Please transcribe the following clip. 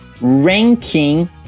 ranking